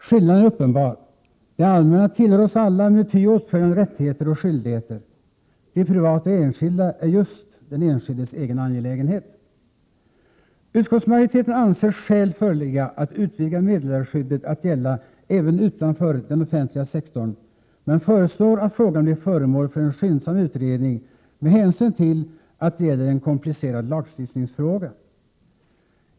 Skillnaden är uppenbar — det allmänna tillhör oss alla med ty åtföljande rättigheter och skyldigheter; det privata och enskilda är just den enskildes egen angelägenhet. Utskottsmajoriteten anser skäl föreligga att utvidga meddelarskyddet att gälla även utanför den offentliga sektorn men föreslår att frågan blir föremål för en skyndsam utredning med hänsyn till att det gäller en komplicerad lagstiftningsfråga.